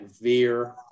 veer